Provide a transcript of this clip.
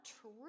true